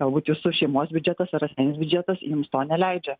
galbūt jūsų šeimos biudžetas ar biudžetas jiems to neleidžia